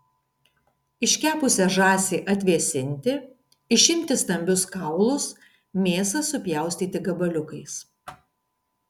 iškepusią žąsį atvėsinti išimti stambius kaulus mėsą supjaustyti gabaliukais